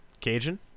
Cajun